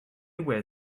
were